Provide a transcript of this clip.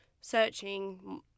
searching